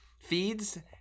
feeds